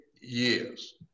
years